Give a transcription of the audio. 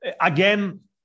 again